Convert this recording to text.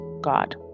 god